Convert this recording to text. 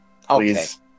Please